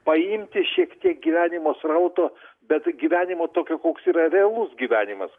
paimti šiek tiek gyvenimo srauto bet gyvenimo tokio koks yra realus gyvenimas